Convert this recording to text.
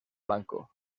blanco